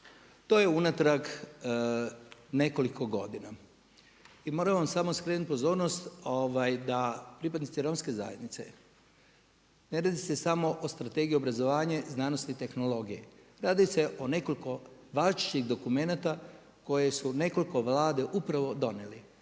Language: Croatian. To je unatrag nekoliko godina. I moram vam samo skrenuti pozornost da pripadnici romske zajednice, ne radi se samo o Strategiji obrazovanja, znanosti i tehnologije, radi se o nekoliko različitih dokumenata koje su nekoliko vlade upravo donijeli.